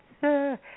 sir